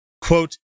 quote